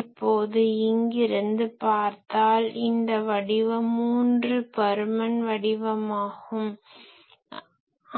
இப்போது இங்கிருந்து பார்த்தால் இந்த வடிவம் மூனறு பருமன் வடிவமாகும்